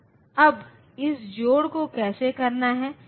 तो यह स्पष्ट रूप से ऐसा लगता है कि इसमें क्या बड़ी बात है